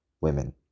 women